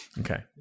Okay